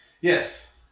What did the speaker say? yes